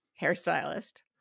hairstylist